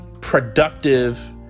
productive